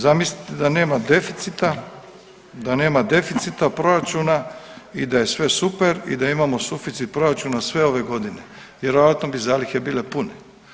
Zamislite da nema deficita, da nema deficita proračuna i da je sve super i da imamo suficit proračuna sve ove godine vjerojatno bi zalihe bile pune.